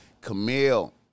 Camille